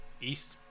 East